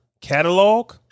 catalog